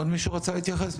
עוד מישהו רצה להתייחס?